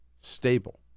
stable